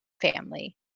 family